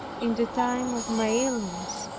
in the time of my illness,